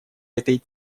этой